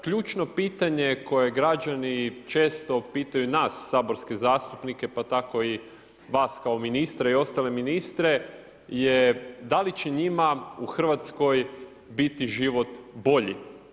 Ključno pitanje koje građani često pitaju nas saborske zastupnike pa tako i vas kao ministre i ostale ministre je da li će njima u Hrvatskoj biti život bolji.